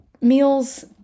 meals